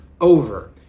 over